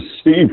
steve